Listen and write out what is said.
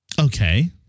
Okay